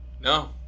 No